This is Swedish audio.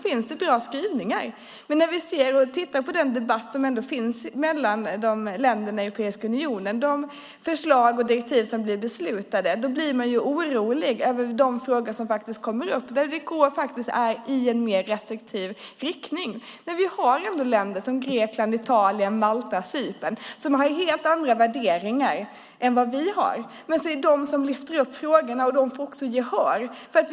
Men låt oss se på den debatt som finns mellan länderna i Europeiska unionen och de förslag och direktiv som det fattas beslut om. Man blir orolig över de frågor som faktiskt tas upp. Det går i en mer restriktiv riktning. Länder som Grekland, Italien, Malta och Cypern har helt andra värderingar än vad vi har, men det är de som lyfter upp frågorna och får gehör för dem.